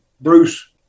Bruce